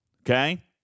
okay